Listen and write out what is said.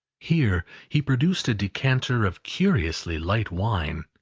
here he produced a decanter of curiously light wine,